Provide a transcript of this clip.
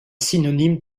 synonyme